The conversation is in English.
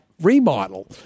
remodel